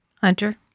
Hunter